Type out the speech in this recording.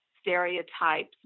stereotypes